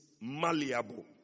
malleable